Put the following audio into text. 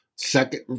Second